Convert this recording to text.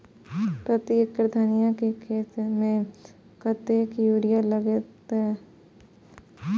प्रति एकड़ धनिया के खेत में कतेक यूरिया लगते?